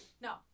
no